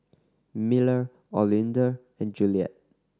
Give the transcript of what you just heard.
Miller Olinda and Juliette